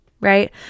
right